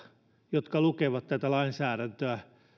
jotka lukevat tätä lainsäädäntöä